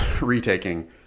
retaking